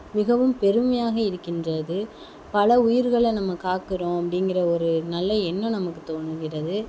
மிகவும் பெருமையாக இருக்கின்றது பல உயிர்களை நம்ப காக்கிறோம் அப்படிங்கிற ஒரு நல்ல எண்ணம் நமக்கு தோணுகிறது